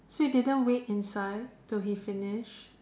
so you didn't wait inside till he finish